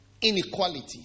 inequality